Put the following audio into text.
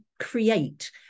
create